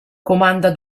comanda